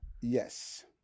Yes